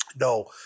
No